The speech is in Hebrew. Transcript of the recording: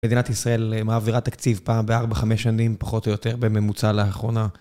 מדינת ישראל מעבירה תקציב פעם בארבע, חמש שנים, פחות או יותר, בממוצע לאחרונה.